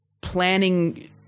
planning